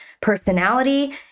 personality